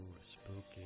spooky